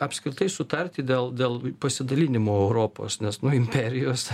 apskritai sutarti dėl dėl pasidalinimo europos nes nu imperijos